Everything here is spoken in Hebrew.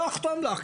אני לא אחתום לך.